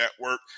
Network